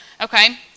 okay